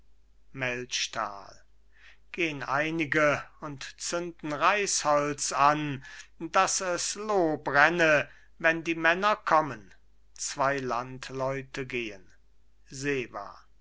gehn einige und zünden reisholz an dass es loh brenne wenn die männer kommen zwei landleute gehen